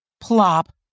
Plop